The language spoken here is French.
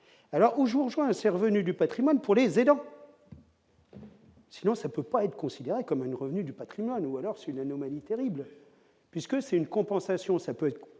alors au jour joint ses revenus du Patrimoine pour les aidants. Sinon, ça peut pas être considéré comme une revenus du Patrimoine ou alors c'est une anomalie terrible, puisque c'est une compensation, ça peut être